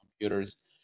computers